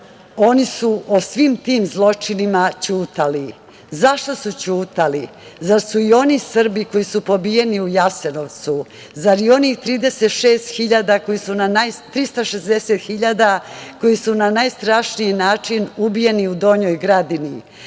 oni su o svim tim zločinima ćutali. Zašto su ćutali? Zar su i oni Srbi koji su pobijeni u Jasenovcu, zar i onih 360.000 koji su na najstrašniji način ubijeni u Donjoj Gradini?